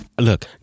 look